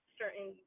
certain